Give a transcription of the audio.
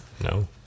No